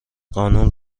قانون